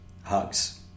Hugs